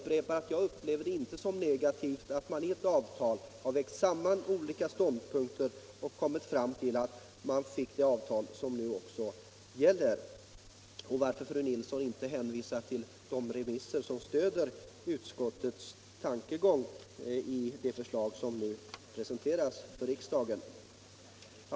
Jag upplever deti stället positivt att man i ett avtal har vägt samman olika ståndpunkter och kommit fram till det avtal som nu gäller. Och varför hänvisar fru Nilsson inte till de remissinstanser som stöder utskottets tankegång i det förslag som nu presenteras för riksdagen?